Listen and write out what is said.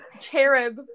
cherub